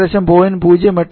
ഏകദേശം 0